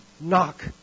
knock